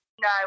No